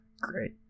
Great